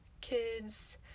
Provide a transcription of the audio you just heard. kids